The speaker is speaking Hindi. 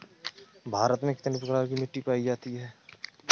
भारत में कितने प्रकार की मिट्टी पायी जाती है?